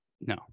No